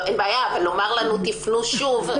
אין בעיה אבל לומר לנו שנפנה שוב,